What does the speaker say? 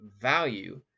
value